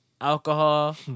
alcohol